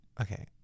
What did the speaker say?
Okay